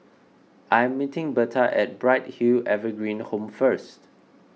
I am meeting Bertha at Bright Hill Evergreen Home first